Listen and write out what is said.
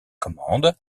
commande